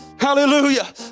Hallelujah